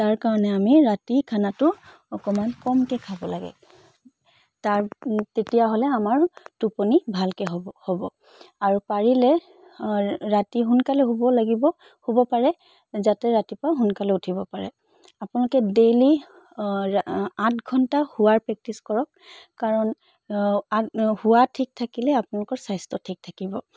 তাৰ কাৰণে আমি ৰাতি খানাটো অকণমান কমকৈ খাব লাগে তাৰ তেতিয়াহ'লে আমাৰ টোপনি ভালকৈ হ'ব হ'ব আৰু পাৰিলে ৰাতি সোনকালে শুব লাগিব শুব পাৰে যাতে ৰাতিপুৱা সোনকালে উঠিব পাৰে আপোনালোকে ডেইলি আঠ ঘণ্টা শুৱাৰ প্ৰেক্টিচ কৰক কাৰণ শোৱা ঠিক থাকিলে আপোনলোকাৰ স্বাস্থ্য ঠিক থাকিব